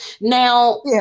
Now